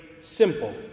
simple